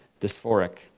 dysphoric